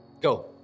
Go